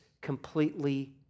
completely